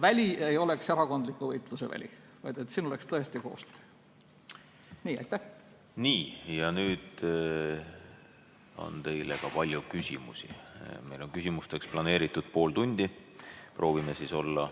väli ei oleks erakondliku võitluse väli, vaid et siin oleks tõesti koostöö. Aitäh! Nii. Nüüd on teile ka palju küsimusi. Meil on küsimusteks planeeritud pool tundi. Proovime olla